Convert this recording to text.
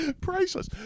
Priceless